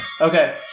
Okay